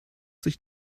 sich